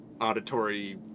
auditory